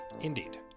Indeed